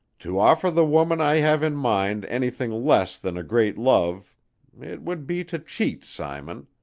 to offer the woman i have in mind anything less than a great love it would be to cheat, simon.